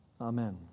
Amen